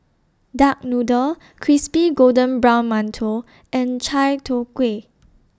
Duck Noodle Crispy Golden Brown mantou and Chai Tow Kway